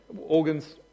organs